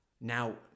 now